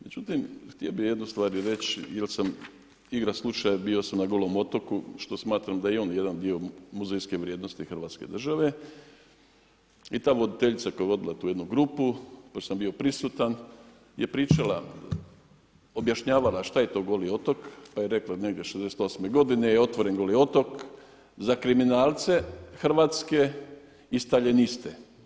Međutim, htio bih jednu stvar reći, jer sam igrom slučaja bio sam na Golom otoku, što smatram da je i on jedan dio muzejske vrijednosti Hrvatske države i ta voditeljica koja je vodila tu jednu grupu dok sam bio prisutan, je pričala, objašnjavala šta je to Goli otok pa je rekla negdje '68. godine je otvoren Goli otok za kriminalce Hrvatske i staljiniste.